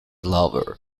lover